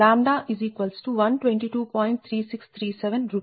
21 MW Pg2350 MW Pg3228